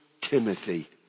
Timothy